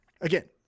Again